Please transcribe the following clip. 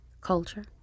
Culture